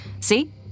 See